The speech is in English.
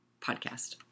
podcast